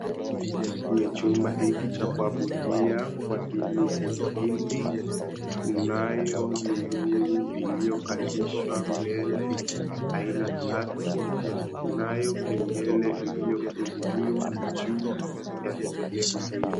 Chumba hiki cha kuabudia kwa dini ya kihindi. Kunayo miungu iliyokalishwa mbele aina tatu. Kunayo kengele iliyofungiliwa juu ya dhehebu hili.